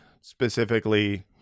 specifically